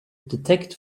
detect